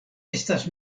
estas